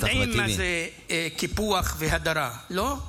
אתם יודעים מה זה קיפוח והדרה, לא?